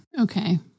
Okay